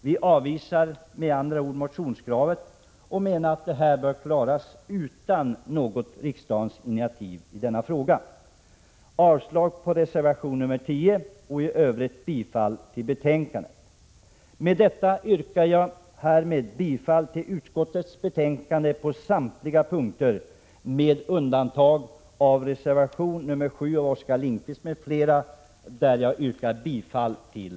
Vi avvisar med andra ord motionskravet och menar att det här bör klaras utan något riksdagens initiativ i frågan: Med detta yrkar jag således bifall till utskottets betänkande på samtliga punkter med undantag av reservation nr 7 av Oskar Lindkvist m. fl, som jag yrkar bifall till.